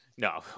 No